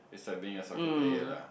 um